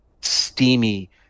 steamy